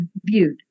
viewed